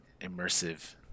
immersive